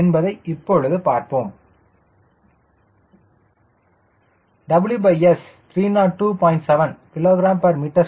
என்பதை இப்பொழுது பார்ப்போம் WSTW G2 TW G2 4CD0AR e WS 302